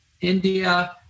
India